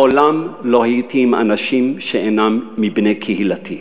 מעולם לא הייתי עם אנשים שאינם מבני קהילתי.